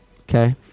Okay